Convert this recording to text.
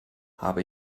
habe